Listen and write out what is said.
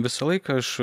visą laiką aš